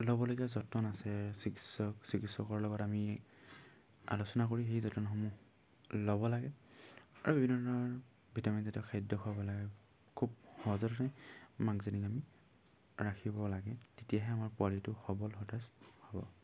ল'বলগীয়া যতন আছে চিকিৎসক চিকিৎসকৰ লগত আমি আলোচনা কৰি সেই যতনসমূহ ল'ব লাগে আৰু বিভিন্ন ধৰণৰ ভিটামিনযুক্ত খাদ্য খুৱাব লাগে খুব সহজতনে মাকজনীক আমি ৰাখিব লাগে তেতিয়াহে আমাৰ পোৱালিটো সবল সতেজ হ'ব